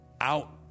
out